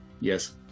Yes